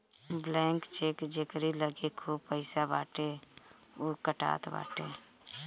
blank cheque जेकरी लगे खूब पईसा बाटे उ कटात बाटे